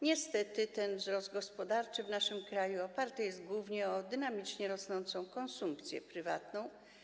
Niestety ten wzrost gospodarczy w naszym kraju oparty jest głównie o dynamicznie rosnącą konsumpcję prywatną.